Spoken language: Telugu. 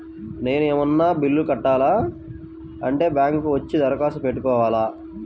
నేను ఏమన్నా బిల్లును కట్టాలి అంటే బ్యాంకు కు వచ్చి దరఖాస్తు పెట్టుకోవాలా?